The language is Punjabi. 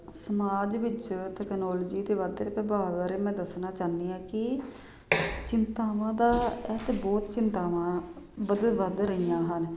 ਸਮਾਜ ਵਿੱਚ ਤਕਨੋਲੋਜੀ ਦੇ ਵੱਧ ਰਹੇ ਪ੍ਰਭਾਵ ਬਾਰੇ ਮੈਂ ਦੱਸਣਾ ਚਾਹੁੰਦੀ ਹਾਂ ਕਿ ਚਿੰਤਾਵਾਂ ਦਾ ਅਤੇ ਬਹੁਤ ਚਿੰਤਾਵਾਂ ਵਧ ਵੱਧ ਰਹੀਆਂ ਹਨ